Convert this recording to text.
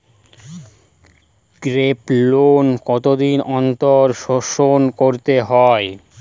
Group loan কতদিন অন্তর শোধকরতে হয়?